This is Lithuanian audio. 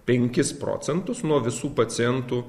penkis procentus nuo visų pacientų